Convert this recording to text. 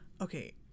okay